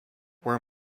were